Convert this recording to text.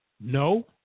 No